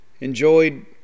Enjoyed